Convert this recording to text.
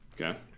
Okay